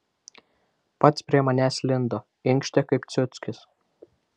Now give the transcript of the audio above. pats prie manęs lindo inkštė kaip ciuckis